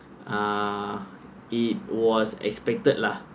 uh it was expected lah